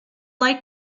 like